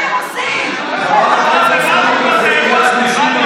חברת הכנסת סטרוק, את בקריאה שלישית.